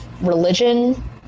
religion